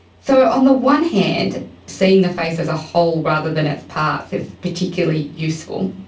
so on the one hand seeing the face as a whole rather than its parts is particularly useful,